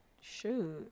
shoot